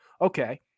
Okay